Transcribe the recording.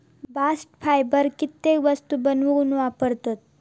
bast fibre कित्येक वस्तू बनवूक वापरतत